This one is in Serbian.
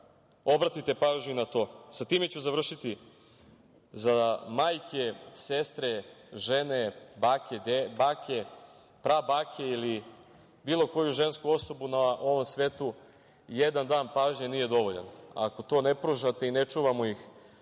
obratite pažnju na to. Sa time ću završiti, za majke, žene, sestre, bake, prabake ili bilo koju žensku osobu na ovom svetu, jedan dan pažnje nije dovoljan. Ako to ne pružate i ne čuvamo ih